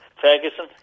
Ferguson